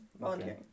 Volunteering